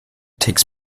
takes